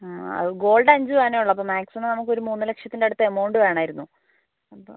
ആ അത് ഗോൾഡ് അഞ്ച് പവനേ ഉള്ളു അപ്പോൾ മാക്സിമം നമുക്ക് ഒരു മൂന്ന് ലക്ഷത്തിൻ്റെ അടുത്ത് എമൗണ്ട് വേണമായിരുന്നു അപ്പോൾ